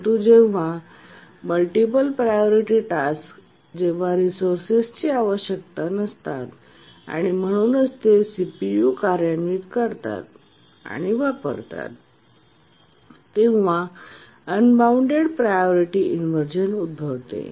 परंतु जेव्हा multiple priority task जेव्हा रिसोर्सेसची आवश्यकता नसतात आणि म्हणूनच ते सीपीयू कार्यान्वित करतात आणि वापरतात तेव्हा अनबॉऊण्डेड प्रायोरिटी इनव्हर्जन उद्भवते